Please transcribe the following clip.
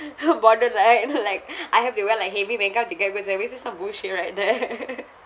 borderline like I have to wear like heavy makeup to get good services some bullshit right there